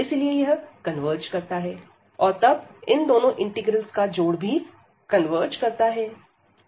इसीलिए यह कन्वर्ज करता है और तब इन दोनों इंटीग्रल्स का जोड़ भी कन्वर्ज करता है